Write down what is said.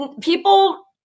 people